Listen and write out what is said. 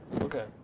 Okay